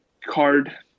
card